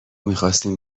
میخواستیم